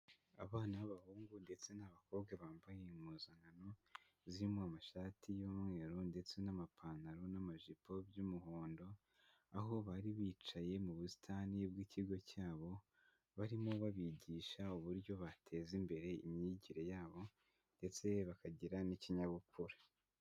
Abana b'abahungu ndetse n'abakobwa bambaye impuzankano zirimo amashati y'umweru ndetse n'amapantaro n'amajipo by'umuhondo, aho bari bicaye mu busitani bw'ikigo cyabo, barimo babigisha uburyo bateza imbere imyigire yabo, ndetse bakagira n'ikinyabupfura.